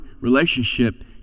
relationship